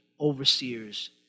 overseers